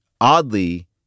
oddly